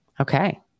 Okay